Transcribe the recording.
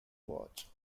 watch